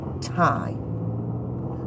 time